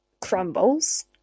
crumbles